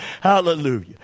Hallelujah